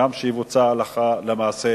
גם יבוצע הלכה למעשה